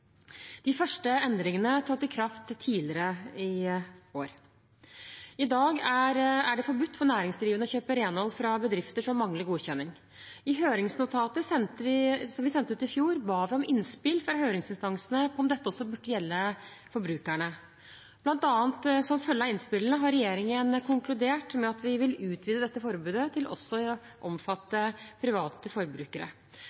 De første endringene trådte i kraft tidligere i år. I dag er det forbudt for næringsdrivende å kjøpe renhold fra bedrifter som mangler godkjenning. I høringsnotatet vi sendte ut i fjor, ba vi om innspill fra høringsinstansene på om dette også burde gjelder forbrukerne. Som følge av innspillene har regjeringen konkludert med at vi vil utvide dette forbudet til også å